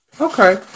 Okay